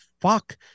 fuck